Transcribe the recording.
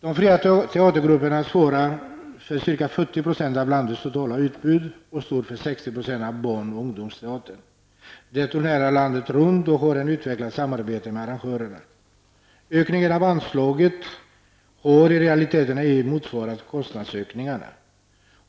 De fria grupperna svarar för ca 40 % av landets totala utbud av teater och står för 60 % av barn och ungdomsteater. De turnerar landet runt och har ett utvecklat samarbete med arrangörerna. Ökningen av anslaget har i realiteten ej motsvarat kostnadsökningarna.